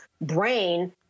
brain